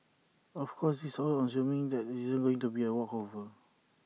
of course this is all assuming there isn't going to be A walkover